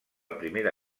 primera